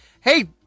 Hey